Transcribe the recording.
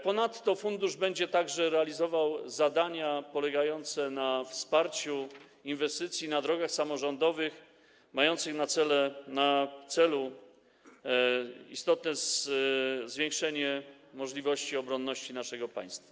Ponadto fundusz będzie także realizował zadania polegające na wsparciu inwestycji na drogach samorządowych mających na celu istotne zwiększenie możliwości obronności naszego państwa.